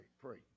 pray